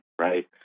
right